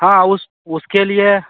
हाँ उस उसके लिए